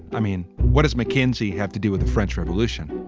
i mean, what does mckinsey have to do with the french revolution?